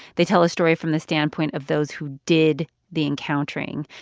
they tell a story from the standpoint of those who did the encountering,